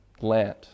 land